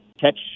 catch